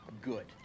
Good